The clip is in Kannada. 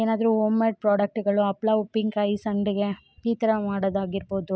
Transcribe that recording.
ಏನಾದರೂ ಒಮ್ ಮೇಡ್ ಪ್ರಾಡಕ್ಟುಗಳು ಹಪ್ಳ ಉಪ್ಪಿನಕಾಯಿ ಸಂಡಿಗೆ ಈ ಥರ ಮಾಡೋದಾಗಿರಬೋದು